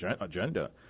agenda